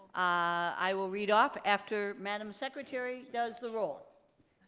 i will read off after madame secretary does the roll.